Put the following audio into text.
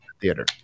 theater